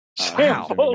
Wow